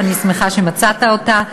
ואני שמחה שמצאת אותה,